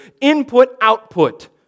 input-output